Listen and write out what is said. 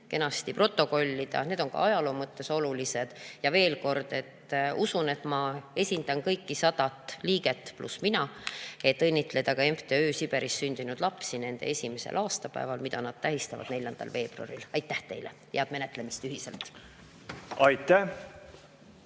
kenasti protokollida. Need on ka ajaloo mõttes olulised. Ja veel kord: usun, et ma esindan kõiki sadat liiget pluss mina, et õnnitleda ka Siberis sündinud laste MTÜ‑d nende esimesel aastapäeval, mida nad tähistavad 4. veebruaril. Aitäh teile! Head menetlemist ühiselt! Aitäh,